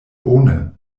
bone